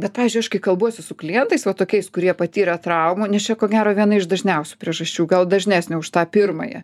bet pavyzdžiui aš kai kalbuosi su klientais va tokiais kurie patyrė traumą nes čia ko gero viena iš dažniausių priežasčių gal dažnesnė už tą pirmąją